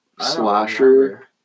slasher